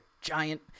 giant